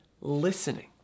listening